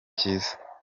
cyiza